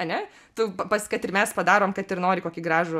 ane tu pats kad ir mes padarom kad ir nori kokį gražų